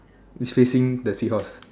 is facing the seahorse